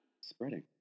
Spreading